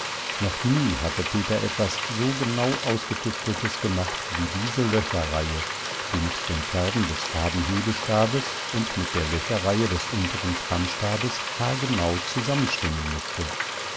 noch nie hatte peter etwas so genau ausgetüfteltes gemacht wie diese löcherreihe die mit den kerben des fadenhebestabes und mit der löcherreihe des unteren spannstabes haargenau zusammenstimmen mußte